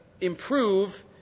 improve